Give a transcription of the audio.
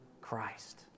Christ